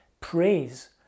praise